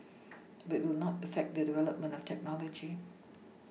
but it will not affect the development of technology